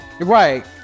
Right